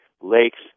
lakes